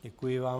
Děkuji vám.